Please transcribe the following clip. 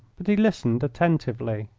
but he listened attentively.